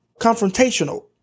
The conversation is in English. confrontational